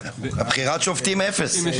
לבחירת שופטים אפס.